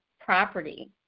property